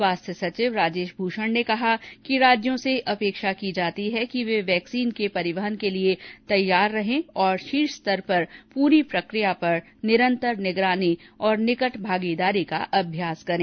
स्वास्थ्य सचिव राजेश भूषण ने कहा कि राज्यों से अपेक्षा की जाती है कि वह वैक्सीन के परिवहन के लिए तैयार रहे और शीर्ष स्तर पर पूरी प्रक्रिया पर निरंतर निगरानी और निकट भागीदारी का अभ्यास करें